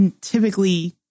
typically